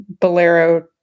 Bolero